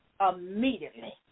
Immediately